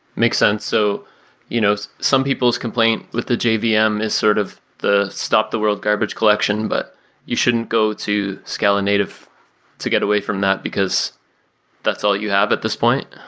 makes sense. so you know some people's complaint with the jvm um is sort of the stop the world garbage collection, but you shouldn't go to scala-native to get away from that, because that's all you have at this point.